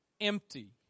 empty